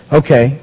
okay